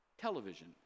television